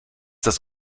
das